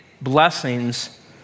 blessings